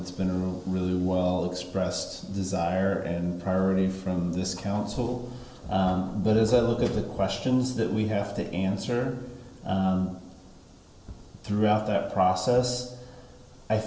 it's been a really well expressed desire and priority from this council but as i look at the questions that we have to answer throughout that process i